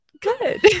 good